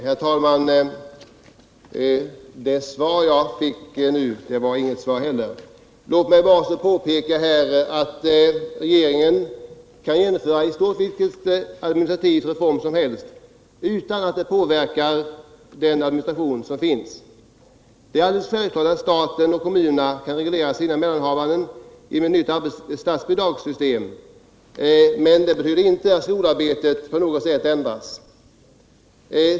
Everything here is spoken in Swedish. Herr talman! De besked som jag nu fick var heller inte något svar. Låt mig här påpeka att regeringen kan genomföra i stort sett vilka administrativa reformer som helst utan att det påverkar den verksamhet som administreras. Det är klart att staten och kommunerna kan reglera sina mellanhavanden genom ett nytt statsbidragssystem, men det betyder inte att skolarbetet ändras på något sätt.